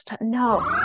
No